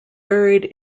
buried